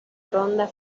ronda